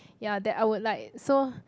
ya that I would like so